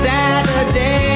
Saturday